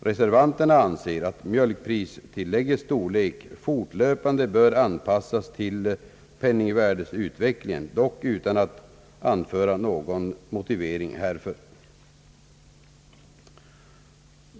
Reservanterna anser att mjölkpristillläggets storlek fortlöpande bör anpassas till penningvärdeutvecklingen, dock utan att anföra någon motivering härför.